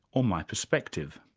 or my perspective.